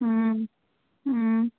ꯎꯝ ꯎꯝ